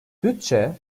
bütçe